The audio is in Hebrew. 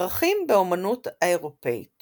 פרחים באומנות האירופאית